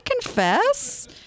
confess